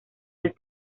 del